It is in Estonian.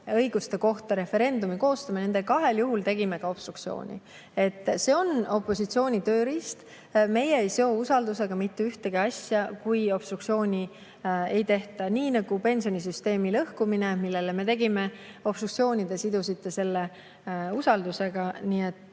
õiguste kohta referendumi [korraldamine], tegime ka obstruktsiooni. See on opositsiooni tööriist. Meie ei seo usaldusega mitte ühtegi asja, kui obstruktsiooni ei tehta. Nagu pensionisüsteemi lõhkumine, mille tõttu me tegime obstruktsiooni – te sidusite selle usaldusega. Jah,